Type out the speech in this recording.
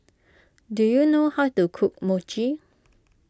do you know how to cook Mochi